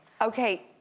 Okay